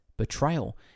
Betrayal